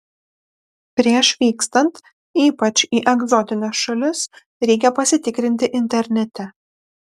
prieš vykstant ypač į egzotines šalis reikia pasitikrinti internete